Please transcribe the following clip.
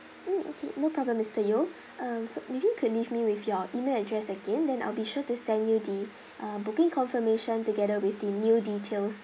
mm okay no problem mister yeo um so maybe you could leave me with your email address again then I'll be sure to send you the uh booking confirmation together with the new details